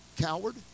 coward